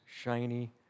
shiny